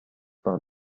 par